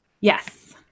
Yes